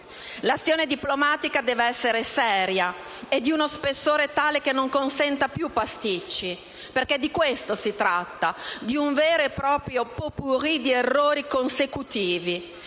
L'azione diplomatica deve essere seria e di uno spessore tale da non consentire più pasticci, perché si tratta di un vero e proprio *pot-pourri* di errori consecutivi,